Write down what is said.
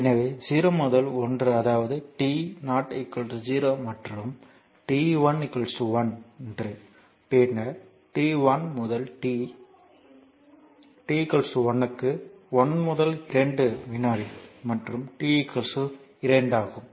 எனவே 0 முதல் 1 அதாவது t0 0 மற்றும் t 1 1 பின்னர் இது t 1 முதல் t t 1 1 க்கு 1 முதல் 2 வினாடி மற்றும் t 2 ஆகும்